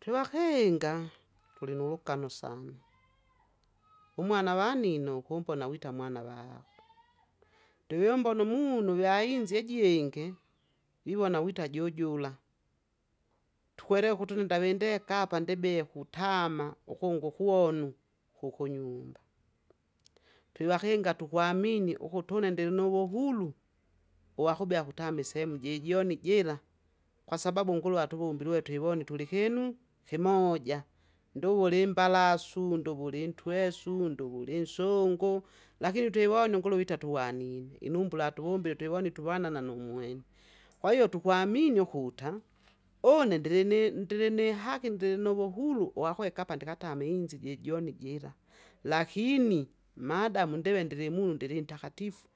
Twahenga, tulina wugano sana, umwana wa nino kuko nawita mwana va. Ndoyombo nu munu veainzye jyenge, wiwona wita jojola, tukwele kutunda wendekapa ndibiye kutama, ukungu kwonu, ukunyumba. Twevahenga tuhwamini uhutne ndel ne wuhulu, wa khubya khutami semu jejoni jila, kwa sababu Ngulu atuhumbil we twivondi tuli hinu, himoja, nduwu li mbalasu, nduwu li ntwesu, nduwu li nsungu, lakini twiwoni ngulu hitatuwani inumbula atuwumbile twiwondi nu mwene, kwaiyo tuhwaminu hutam, one ndilini- ndili ni haki, nndili na wuhuru, wa hueka apa ndikatami inzi jejoni jila. Lakini, maadamu ndive ndili mu- ndili ntakatifu,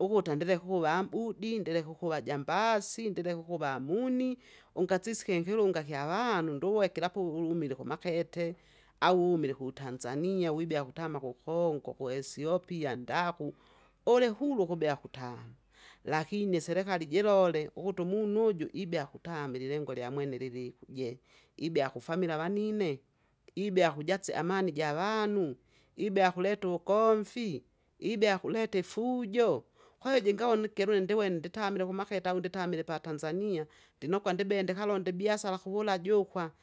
uhu tendele huuvabudi, ndile hukuva jambasi, ndile hukuva muni, ungadziske mfilunga fya vanu, nduwekela ku ulumile hu mapete, au umile hu Tanzania wibya kutamwu kukongo, kuesiopia ndaku, uli hulu kubya kuta. Lakini selekali jilole, uhutu munu uju ibya kutami liengo lya mwene lili je, ibya kufamila vanine, ibya kujadzi amani ja vanu, ibya kuletu gomfi, ibya kulete fujo, haji ngawo nikelule ndiwene nditambile humapete au ndtambile pa Tanzania, ndinoga ndibye ndikalo nde biasala huwulajukwa.